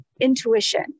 intuition